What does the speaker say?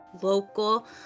local